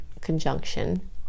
conjunction